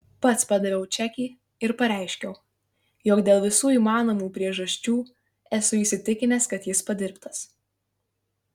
pats padaviau čekį ir pareiškiau jog dėl visų įmanomų priežasčių esu įsitikinęs kad jis padirbtas